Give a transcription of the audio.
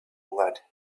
blood